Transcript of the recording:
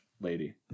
lady